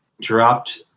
dropped